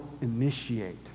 initiate